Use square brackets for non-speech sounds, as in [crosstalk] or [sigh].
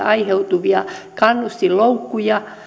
[unintelligible] aiheutuvia kannustinloukkuja